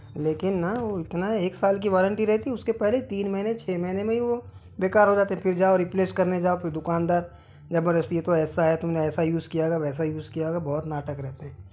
लेकिन ना वो इतना एक साल की वारंटी रहती उसके पहले ही तीन महीने छः महीने में ही वो बेकार हो जाते फिर जाओ रिप्लेस करने जाओ फिर दुकानदार जबरदस्ती तो ऐसा है तुमने ऐसा यूज़ किया होगा वैसा यूज़ किया होगा बहुत नाटक रहते हैं